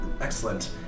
excellent